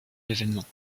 l’événement